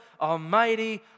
almighty